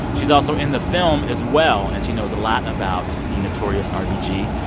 she's also in the film, as well, and she knows a lot about the notorious ah rbg.